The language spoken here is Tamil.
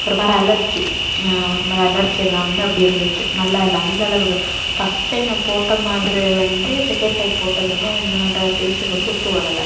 ஒருமாதிரி அலர்ஜி ஒரு மாதிரி அலர்ஜியெலாம் வந்து அப்படி இருந்துச்சு நல்லா இல்லை அந்தளவுக்கு ஃபர்ஸ்ட் டைம் நான் போட்ட மாதிரி வந்து செகண்ட் டைம் போட்டது வந்து என்னோடய ஃபேஸுக்கு ஒத்து வரல